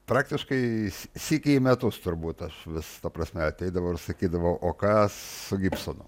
praktiškai sykį į metuos turbūt aš vis ta prasme ateidavau ir sakydavau o ką su gibsonu